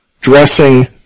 dressing